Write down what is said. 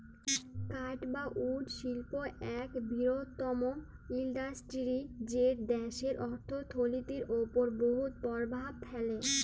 কাঠ বা উড শিল্প ইক বিরহত্তম ইল্ডাসটিরি যেট দ্যাশের অথ্থলিতির উপর বহুত পরভাব ফেলে